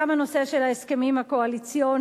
גם הנושא של ההסכמים הקואליציוניים,